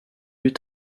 eut